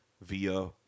via